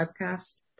podcast